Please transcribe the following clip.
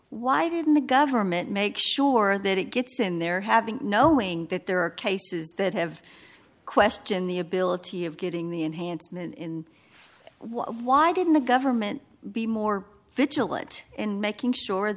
why didn't the government make sure that it gets in there having knowing that there are cases that have question the ability of getting the enhancement in why didn't the government be more vigilant in making sure